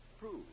prove